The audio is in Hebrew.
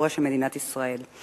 בהיסטוריה של מדינת ישראל.